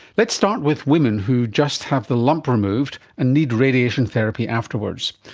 let's start with women who just have the lump removed and need radiation therapy afterwards.